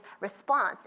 response